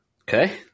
Okay